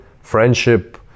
friendship